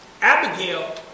Abigail